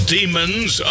Demons